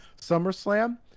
SummerSlam